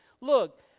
Look